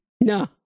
No